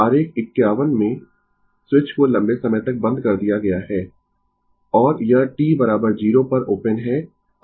आरेख 51 में स्विच को लंबे समय तक बंद कर दिया गया है और यह t 0 पर ओपन है